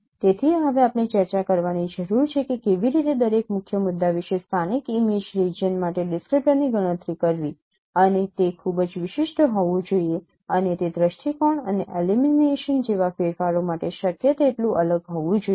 તેથી હવે આપણે ચર્ચા કરવાની જરૂર છે કે કેવી રીતે દરેક મુખ્ય મુદ્દા વિશે સ્થાનિક ઇમેજ રિજિયન માટે ડિસ્ક્રિપ્ટર ની ગણતરી કરવી અને તે ખૂબ જ વિશિષ્ટ હોવું જોઈએ અને તે દૃષ્ટિકોણ અને એલિમિનેશન જેવા ફેરફારો માટે શક્ય તેટલું અલગ હોવું જોઈએ